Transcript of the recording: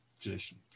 tradition